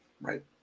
right